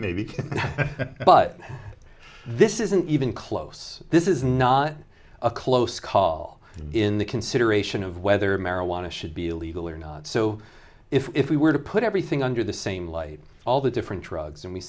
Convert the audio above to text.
maybe but this isn't even close this is not a close call in the consideration of whether marijuana should be legal or not so if we were to put everything under the same light all the different drugs and we